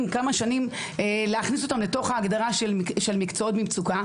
כמה שנים להכניס אותם לתוך ההגדרה של מקצועות במצוקה,